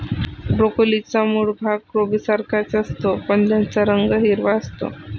ब्रोकोलीचा मूळ भाग कोबीसारखाच असतो, पण त्याचा रंग हिरवा असतो